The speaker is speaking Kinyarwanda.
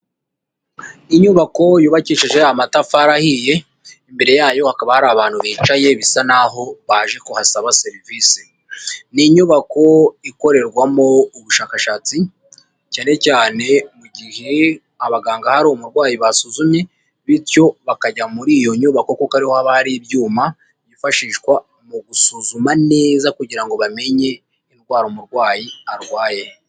Inyubako yubakishije amatafari ahiye, imbere yayo hakaba hari abantu bicaye bisa naho baje kuhasaba serivise, ni inyubako ikorerwamo ubushakashatsi, cyane cyane mu gihe abaganga hari umurwayi basuzumye bityo bakajya muri iyo nyubako kuko ariho haba hari ibyuma byifashishwa mu gusuzuma neza kugira ngo bamenye indwara umurwayi arwaye.